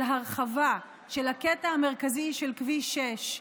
הרחבה של הקטע המרכזי של כביש 6,